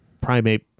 primate